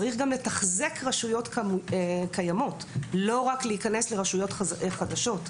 צריך גם לתחזק רשויות קיימות ולא רק להיכנס לרשויות חדשות.